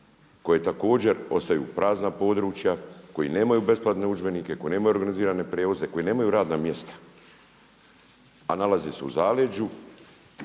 koje također ostaju prazna područja, koji nemaju besplatne udžbenike, koji nemaju organizirane prijevoze, koji nemaju radna mjesta, a nalaze se u zaleđu